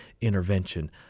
intervention